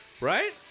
Right